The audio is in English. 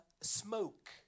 smoke